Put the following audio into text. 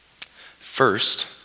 First